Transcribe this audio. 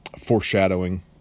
foreshadowing